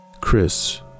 Chris